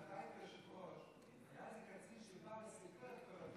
כשאתה היית יושב-ראש היה קצין שבא וסיפר את הדברים האלה.